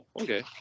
okay